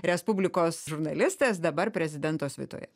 respublikos žurnalistas dabar prezidento svitoje